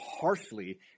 harshly